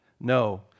No